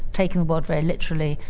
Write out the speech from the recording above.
taking the world very literally,